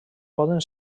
poden